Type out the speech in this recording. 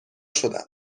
شدم